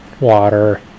water